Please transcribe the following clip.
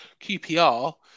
QPR